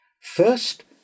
First